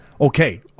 okay